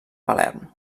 palerm